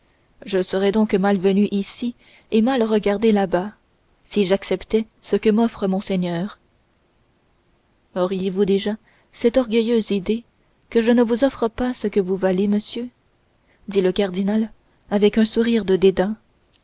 je serais donc mal venu ici et mal regardé là-bas si j'acceptais ce que m'offre monseigneur auriez-vous déjà cette orgueilleuse idée que je ne vous offre pas ce que vous valez monsieur dit le cardinal avec un sourire de dédain